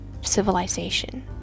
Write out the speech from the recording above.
civilization